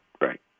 Right